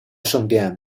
圣殿